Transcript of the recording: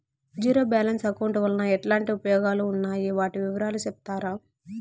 Zero balance account వలన ఎట్లాంటి ఉపయోగాలు ఉన్నాయి? వాటి వివరాలు సెప్తారా?